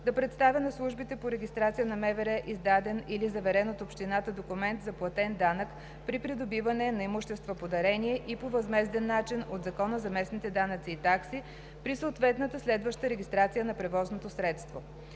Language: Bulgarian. да представя на службите по регистрация на МВР издаден или заверен от общината документ за платен данък при придобиване на имущество по дарение и по възмезден начин от Закона за местните данъци и такси при съответната следваща регистрация на превозното средство.